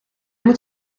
moet